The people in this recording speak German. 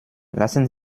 lassen